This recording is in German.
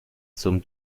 zum